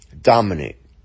dominate